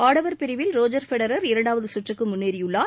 ஆடவர் பிரிவில் Roger Federer இரண்டாவது சுற்றுக்கு முன்னேறியுள்ளார்